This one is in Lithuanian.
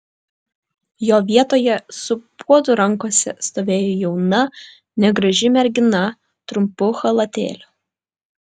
jo vietoje su puodu rankose stovėjo jauna negraži mergina trumpu chalatėliu